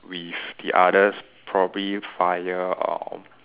with the others probably via uh